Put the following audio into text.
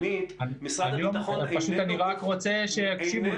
אני רק רוצה שיקשיבו לנו.